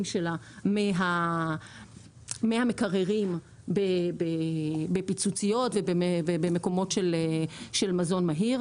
שלה מהמקררים בפיצוציות ובמקומות של מזון מהיר.